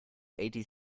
eighty